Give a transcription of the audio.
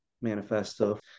manifesto